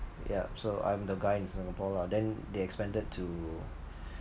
yup so I'm the guy in Singapore lah then they expanded to